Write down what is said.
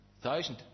thousand